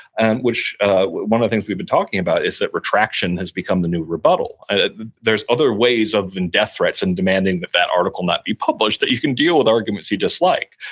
and which one of the things we've been talking about is that retraction has become the new rebuttal there's other ways other than death threats and demanding that that article not be published that you can deal with arguments you dislike,